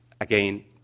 Again